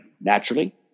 Naturally